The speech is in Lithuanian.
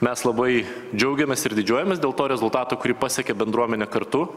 mes labai džiaugiamės ir didžiuojamės dėl to rezultato kurį pasiekė bendruomenė kartu